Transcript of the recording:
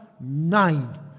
Nine